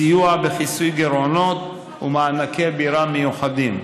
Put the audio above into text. סיוע בכיסוי גירעונות ומענקי בירה מיוחדים.